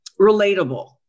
relatable